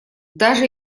даже